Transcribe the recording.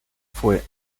fue